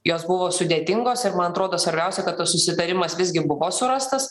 jos buvo sudėtingos ir man atrodo svarbiausia kad tas susitarimas visgi buvo surastas